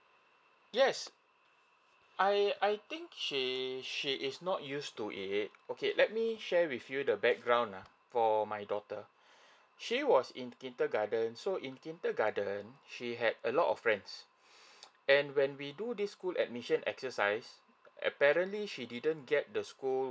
yes I I think she she is not used to it okay let me share with you the background lah for my daughter she was in kindergarten so in kindergarten she had a lot of friends and when we do this school admission exercise apparently she didn't get the school